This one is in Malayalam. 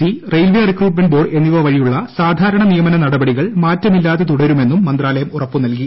സി റെയിൽവേ റിക്രൂട്ട്മെന്റ് ബോർഡ് എന്നിവ വഴിയുള്ള സാധാരണ നിയമന ന്ടപടികൾ മാറ്റമില്ലാതെ തുടരുമെന്നും മന്ത്രാലയം ഉറപ്പ് നൽകി